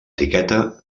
etiqueta